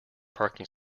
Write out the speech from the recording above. parking